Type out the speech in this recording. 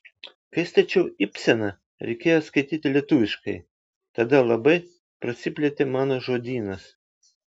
kai stačiau ibseną reikėjo skaityti lietuviškai tada labai prasiplėtė mano žodynas